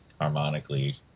harmonically